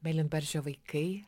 mėlynbarzdžio vaikai